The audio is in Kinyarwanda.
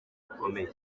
bikomeye